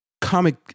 comic